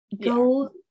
go